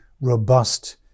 robust